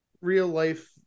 real-life